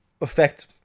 affect